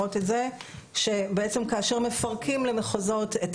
שבעצם כאשר מפרקים למחוזות את